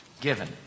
Given